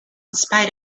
spite